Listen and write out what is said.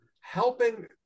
helping